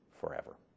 forever